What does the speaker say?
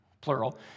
plural